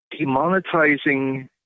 demonetizing